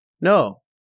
No